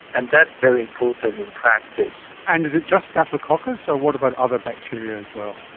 and that's very important in practice. and is it just staphylococcus or what about other bacteria as well?